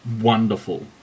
wonderful